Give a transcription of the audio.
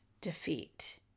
defeat